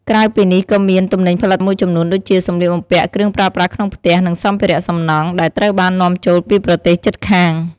ក្រៅពីនេះក៏មាន ទំនិញផលិតមួយចំនួន ដូចជា សម្លៀកបំពាក់ គ្រឿងប្រើប្រាស់ក្នុងផ្ទះ និងសម្ភារៈសំណង់ ដែលត្រូវបាននាំចូលពីប្រទេសជិតខាង។